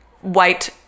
white